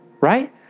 Right